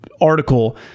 article